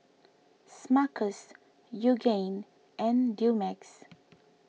Smuckers Yoogane and Dumex